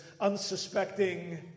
unsuspecting